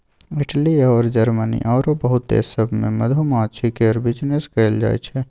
Italy अउर Germany आरो बहुते देश सब मे मधुमाछी केर बिजनेस कएल जाइ छै